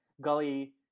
Gully